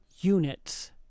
units